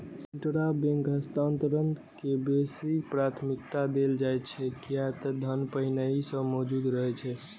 intrabank हस्तांतरण के बेसी प्राथमिकता देल जाइ छै, कियै ते धन पहिनहि सं मौजूद रहै छै